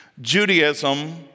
Judaism